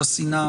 של השנאה,